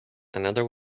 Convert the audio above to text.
another